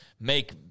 make –